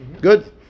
Good